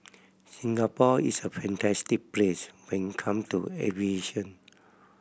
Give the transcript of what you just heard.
Singapore is a fantastic place when it come to aviation